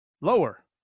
lower